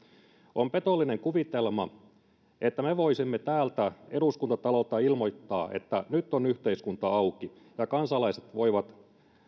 on petollinen kuvitelma että me voisimme täältä eduskuntatalolta ilmoittaa että nyt on yhteiskunta auki ja kansalaiset voivat